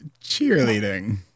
cheerleading